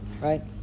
right